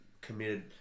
committed